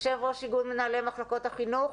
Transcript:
יושב ראש איגוד מנהלי מחלקות החינוך.